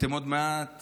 עוד מעט